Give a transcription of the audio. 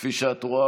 כפי שאת רואה,